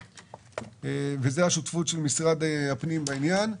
וזו השותפות של משרד הפנים בעניין.